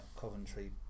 Coventry